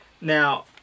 Now